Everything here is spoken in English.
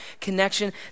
connection